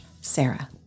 Sarah